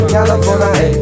California